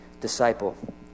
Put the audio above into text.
disciple